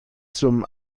zum